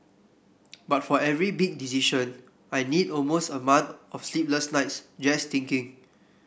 but for every big decision I need almost a month of sleepless nights just thinking